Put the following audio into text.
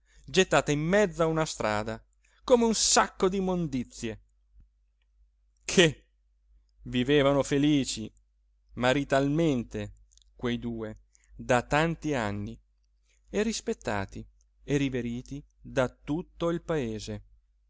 gettata in mezzo a una strada come un sacco d'immondizie che vivevano felici maritalmente quei due da tanti anni e rispettati e riveriti da tutto il paese